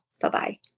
Bye-bye